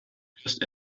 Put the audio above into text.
just